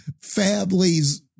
families